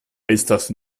estas